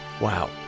Wow